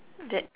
that